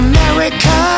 America